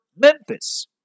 Memphis